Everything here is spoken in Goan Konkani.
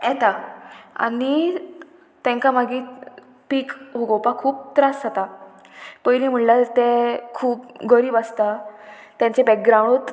येता आनी तांकां मागीर पीक उगोवपाक खूब त्रास जाता पयलीं म्हणल्यार ते खूब गरीब आसता तेंचे बॅकग्रावंडूत